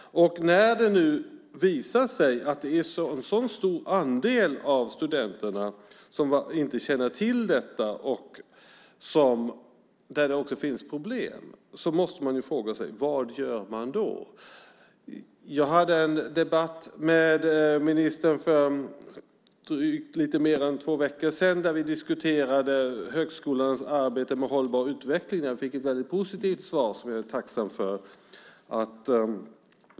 När det nu visar sig att det är en så stor andel av studenterna som inte känner till detta och att det också finns problem måste man fråga sig: Vad gör man då? Jag hade en debatt med ministern för lite mer än två veckor sedan där vi diskuterade högskolans arbete med hållbar utveckling. Jag fick ett väldigt positivt svar som jag är tacksam för.